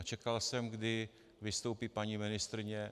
Čekal jsem, kdy vystoupí paní ministryně.